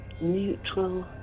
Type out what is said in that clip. Neutral